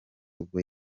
ubwo